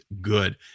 good